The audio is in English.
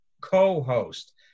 co-host